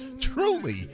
truly